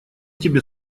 тебе